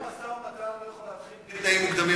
למה משא-ומתן לא יכול להתחיל בלי תנאים מוקדמים,